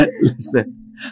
Listen